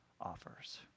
offers